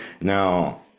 now